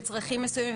לצרכים מסוימים.